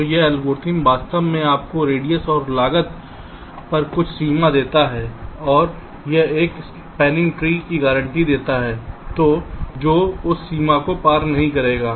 तो यह एल्गोरिदम वास्तव में आपको रेडियस और लागत पर कुछ सीमा देता है और यह एक स्पैनिंग ट्री की गारंटी देता है जो उस सीमा को पार नहीं करेगा